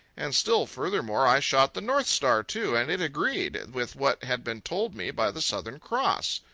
and still furthermore, i shot the north star, too, and it agreed with what had been told me by the southern cross.